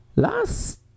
Last